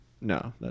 No